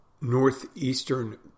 Northeastern